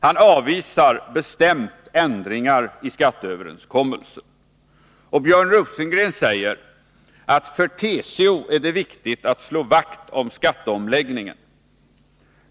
Han avvisar bestämt ändringar i skattereformen och säger: ”För TCO är det viktigt att slå vakt om skatteomläggningen.